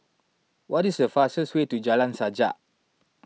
what is the fastest way to Jalan Sajak